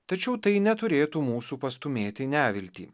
tačiau tai neturėtų mūsų pastūmėti į neviltį